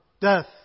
death